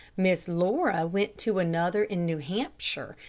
miss laura went to another in new hampshire,